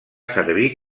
servir